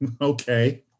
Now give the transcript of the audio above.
Okay